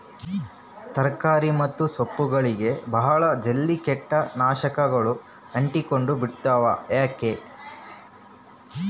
ತರಕಾರಿ ಮತ್ತು ಸೊಪ್ಪುಗಳಗೆ ಬಹಳ ಜಲ್ದಿ ಕೇಟ ನಾಶಕಗಳು ಅಂಟಿಕೊಂಡ ಬಿಡ್ತವಾ ಯಾಕೆ?